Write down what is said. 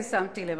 יש לי חלוקת קשב.